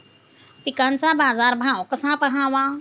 पिकांचा बाजार भाव कसा पहावा?